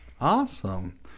Awesome